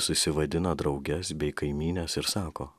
susivadina drauges bei kaimynes ir sako